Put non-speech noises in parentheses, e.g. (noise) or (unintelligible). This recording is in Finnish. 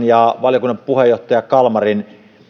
(unintelligible) ja valiokunnan puheenjohtaja kalmarin